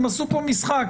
הם עשו כאן משחק,